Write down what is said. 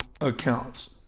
accounts